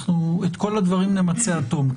אנחנו את כל הדברים נמצה עד תום.